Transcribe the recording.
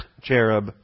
cherub